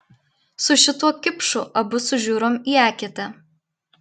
su šituo kipšu abu sužiurom į eketę